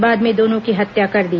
बाद में दोनों की हत्या कर दी